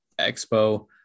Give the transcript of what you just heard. Expo